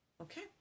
Okay